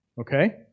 Okay